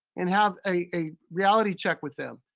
and have a reality check with them.